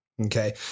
Okay